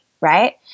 Right